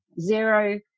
zero